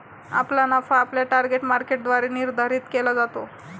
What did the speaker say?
आपला नफा आपल्या टार्गेट मार्केटद्वारे निर्धारित केला जातो